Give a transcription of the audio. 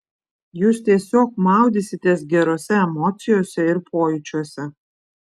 jūs tiesiog maudysitės gerose emocijose ir pojūčiuose